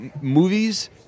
movies